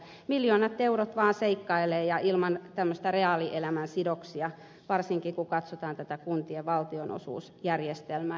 miljoonat eurot vaan seikkailevat ilman tämmöisiä reaalielämän sidoksia varsinkin kun katsotaan tätä kuntien valtionosuusjärjestelmää